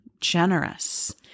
generous